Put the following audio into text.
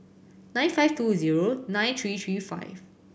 nine five two zero nine three three five